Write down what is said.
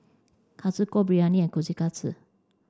Kalguksu Biryani and Kushikatsu